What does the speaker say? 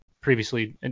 previously